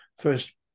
first